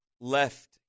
left